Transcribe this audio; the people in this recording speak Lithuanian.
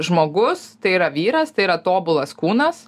žmogus tai yra vyras tai yra tobulas kūnas